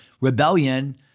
rebellion